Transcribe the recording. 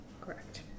correct